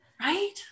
Right